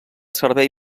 servei